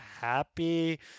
happy